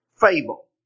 fable